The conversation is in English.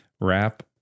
wrap